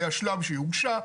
היה שלב שהיא הוגשה,